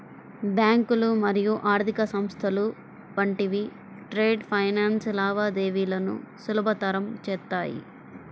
బ్యాంకులు మరియు ఆర్థిక సంస్థలు వంటివి ట్రేడ్ ఫైనాన్స్ లావాదేవీలను సులభతరం చేత్తాయి